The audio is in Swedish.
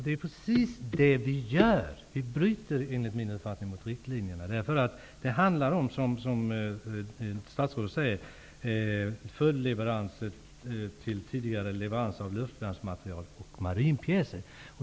Det är precis det vi gör! Sverige bryter enligt min uppfattning mot riktlinjerna. Det handlar om, som statsrådet säger, följdleveranser av luftvärnsmateriel och marinpjäser.